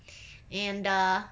and uh